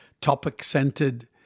topic-centered